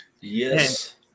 Yes